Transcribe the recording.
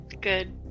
Good